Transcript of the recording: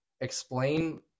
explain